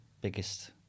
biggest